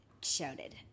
Shouted